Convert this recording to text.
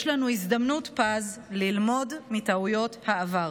יש לנו הזדמנות פז ללמוד מטעויות העבר.